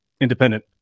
independent